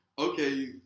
okay